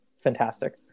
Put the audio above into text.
Fantastic